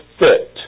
fit